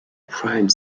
prime